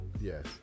Yes